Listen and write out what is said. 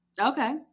Okay